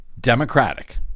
Democratic